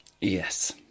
Yes